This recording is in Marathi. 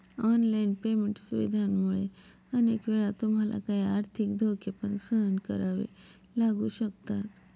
ऑनलाइन पेमेंट सुविधांमुळे अनेक वेळा तुम्हाला काही आर्थिक धोके पण सहन करावे लागू शकतात